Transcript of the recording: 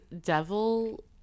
devil